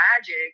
magic